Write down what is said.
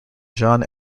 john